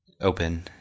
open